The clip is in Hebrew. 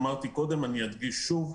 אמרתי קודם ואדגיש שוב,